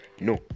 no